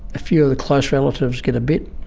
a few of the close relatives get a bit,